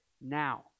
now